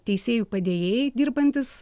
teisėjų padėjėjai dirbantys